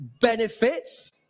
benefits